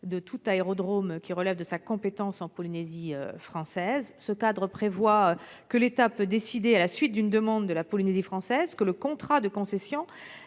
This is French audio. de tout aérodrome qui relève de sa compétence en Polynésie française. Il prévoit que l'État peut décider, à la suite d'une demande de la Polynésie française, que le contrat de concession